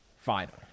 final